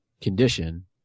condition